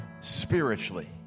spiritually